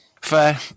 Fair